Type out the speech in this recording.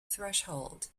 threshold